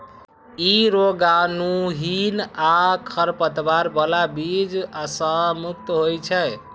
ई रोगाणुहीन आ खरपतवार बला बीज सं मुक्त होइ छै